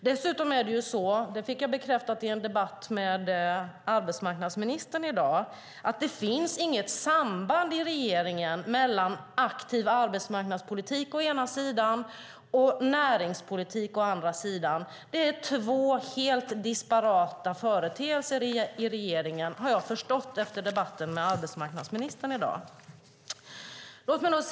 Dessutom finns det inte, vilket jag fick bekräftat i en debatt med arbetsmarknadsministern i dag, något samband mellan aktiv arbetsmarknadspolitik å ena sidan och näringspolitik å andra sidan. Det är två helt disparata företeelser i regeringen har jag förstått efter debatten med arbetsmarknadsministern i dag.